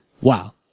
Wow